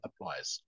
applies